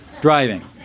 driving